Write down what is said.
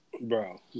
Bro